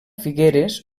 figueres